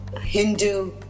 Hindu